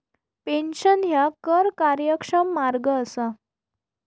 pension ह्या कर कार्यक्षम मार्ग असा